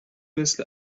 مثل